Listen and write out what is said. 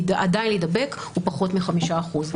עדיין להידבק הוא פחות מ-5%.